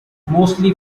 mostly